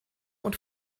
und